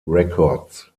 records